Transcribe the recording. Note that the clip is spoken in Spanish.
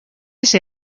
ese